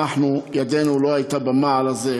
אנחנו, ידנו לא הייתה במעל הזה.